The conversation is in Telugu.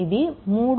ఇది 3